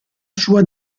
sua